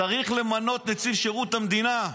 צריך למנות נציב שירות המדינה.